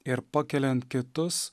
ir pakeliant kitus